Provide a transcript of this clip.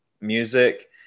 music